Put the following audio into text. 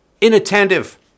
inattentive